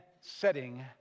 setting